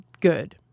good